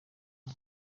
byo